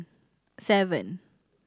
seven